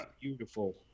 beautiful